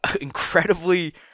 incredibly